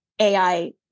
AI